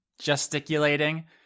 gesticulating